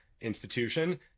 institution